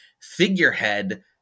figurehead